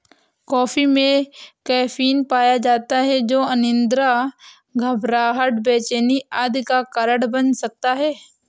coffee में caffeine पाया जाता है जो अनिद्रा, घबराहट, बेचैनी आदि का कारण बन सकता है